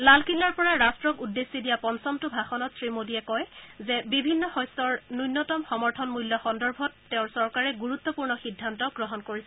লালকিল্লাৰ পৰা ৰাট্টক উদ্দেশ্যি দিয়া পঞ্চমটো ভাষণত শ্ৰীমোডীয়ে কয় যে বিভিন্ন শস্যৰ ন্যনতম সমৰ্থন মূল্য সন্দৰ্ভত তেওঁৰ চৰকাৰে গুৰুত্বপূৰ্ণ সিদ্ধান্ত গ্ৰহণ কৰিছে